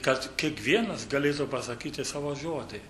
kad kiekvienas galėtų pasakyti savo žodį